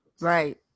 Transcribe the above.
Right